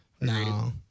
No